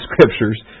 scriptures